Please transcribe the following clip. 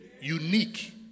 unique